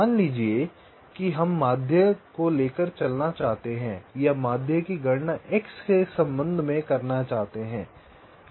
मान लीजिए कि हम माध्य को लेकर चलना चाहते हैं या माध्य की गणना x के संबंध में करना चाहते हैं